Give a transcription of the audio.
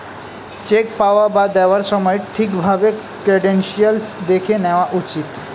check পাওয়া বা দেওয়ার সময় ঠিক ভাবে ক্রেডেনশিয়াল্স দেখে নেওয়া উচিত